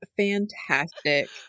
fantastic